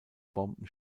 bomben